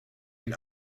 ihn